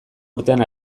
urtean